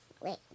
Wait